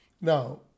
Now